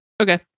okay